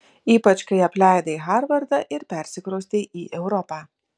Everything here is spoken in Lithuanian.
ypač kai apleidai harvardą ir persikraustei į europą